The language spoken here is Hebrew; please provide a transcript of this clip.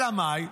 אלא מאי?